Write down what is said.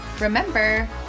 remember